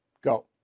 Go